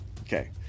okay